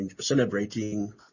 celebrating